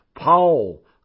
Paul